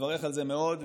מברך על זה מאוד,